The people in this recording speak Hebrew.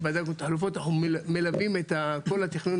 לאחר שבדקנו את החלופות אנחנו מלווים את כל התכנון